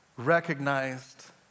Recognized